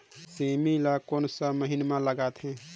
सेमी ला कोन सा महीन मां लगथे?